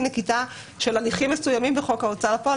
נקיטה של הליכים מסוימים בחוק ההוצאה לפועל,